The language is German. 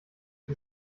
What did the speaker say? ich